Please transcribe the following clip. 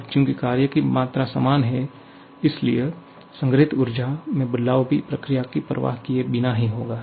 अब चूंकि कार्य की मात्रा समान है इसलिए इस संग्रहीत ऊर्जा में बदलाव भी प्रक्रिया की परवाह किए बिना ही होगा